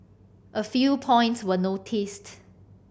a few points we noticed